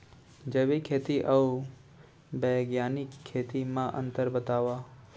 जैविक खेती अऊ बैग्यानिक खेती म अंतर बतावा?